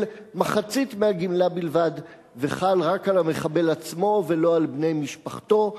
מחצית מהגמלה בלבד וחל רק על המחבל עצמו ולא על בני משפחתו.